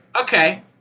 okay